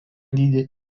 dydį